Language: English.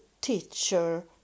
teacher